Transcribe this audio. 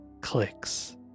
clicks